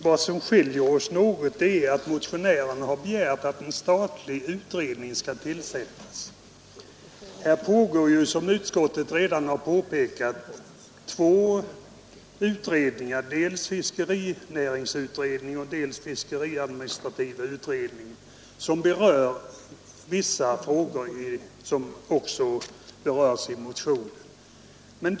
Vad som skiljer oss något är att motionärerna begärt att en statlig utredning skall tillsättas. Som utskottet redan påpekat pågår två utredningar, dels fiskerinäringsutredningen, dels fiskeriadministrativa utredningen, som berör vissa av de frågor som behandlas i motionen.